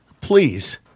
please